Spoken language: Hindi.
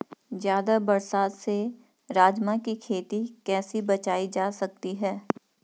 ज़्यादा बरसात से राजमा की खेती कैसी बचायी जा सकती है?